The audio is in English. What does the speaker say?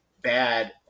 bad